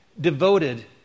devoted